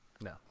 No